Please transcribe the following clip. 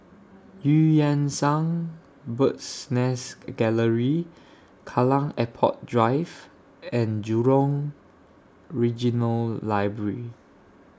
EU Yan Sang Bird's Nest Gallery Kallang Airport Drive and Jurong Regional Library